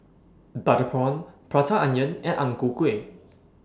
Butter Prawn Prata Onion and Ang Ku Kueh